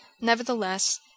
Nevertheless